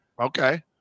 okay